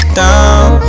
down